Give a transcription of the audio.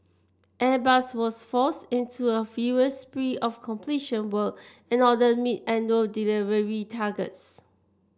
airbus was forced into a furious spree of completion work in order meet annual delivery targets